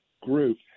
group